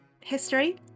history